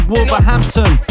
Wolverhampton